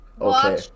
okay